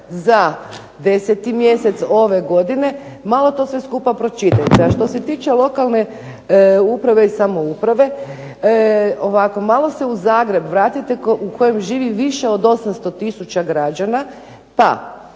za 10 mjesec ove godine. Malo to sve skupa pročitajte. A što se tiče lokalne uprave i samouprave, ovako malo se u Zagreb vratite u kojem živi više od 800000 građana,